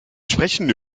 sprechen